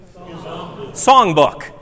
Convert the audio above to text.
Songbook